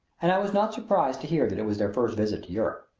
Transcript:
and i was not surprised to hear that it was their first visit to europe.